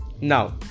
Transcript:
Now